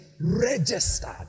registered